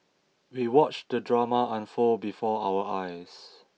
we watched the drama unfold before our eyes